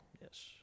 Yes